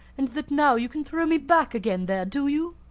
and that now you can throw me back again there, do you?